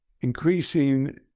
increasing